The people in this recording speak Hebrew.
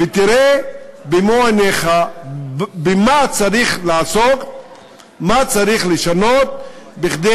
ותראה במו-עיניך במה צריך לעסוק ומה צריך לשנות כדי